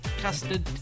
Custard